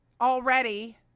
already